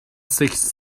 six